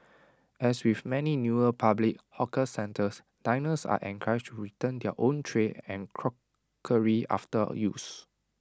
as with many newer public hawker centres diners are encouraged to return their own tray and crockery after use